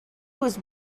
was